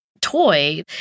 toy